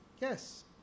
Yes